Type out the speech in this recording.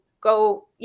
go